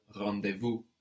rendezvous